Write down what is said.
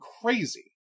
crazy